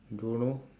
don't know